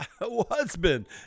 husband